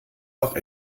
auch